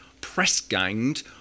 press-ganged